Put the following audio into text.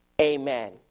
Amen